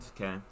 okay